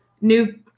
new